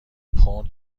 پوند